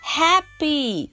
happy